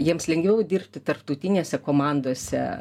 jiems lengviau dirbti tarptautinėse komandose